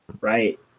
right